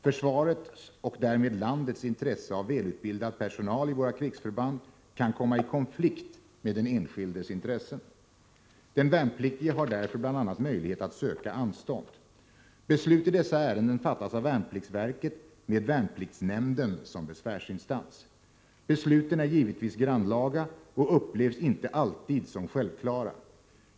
Försvarets och därmed landets intresse av välutbildad personal i våra krigsförband kan komma i konflikt med den enskildes intressen. Den värnpliktige har därför bl.a. möjlighet att söka anstånd. Beslut i dessa ärenden fattas av värnpliktsverket med värnpliktsnämnden som besvärsinstans. Besluten är givetvis grannlaga och upplevs inte alltid som självklara.